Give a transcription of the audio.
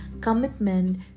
commitment